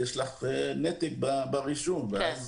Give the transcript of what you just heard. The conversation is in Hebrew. יש לך נתק ברישום ואז